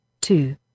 two